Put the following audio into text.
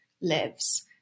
lives